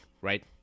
right